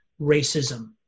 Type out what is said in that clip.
racism